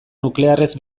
nuklearrez